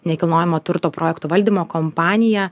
nekilnojamo turto projektų valdymo kompaniją